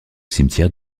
cimetière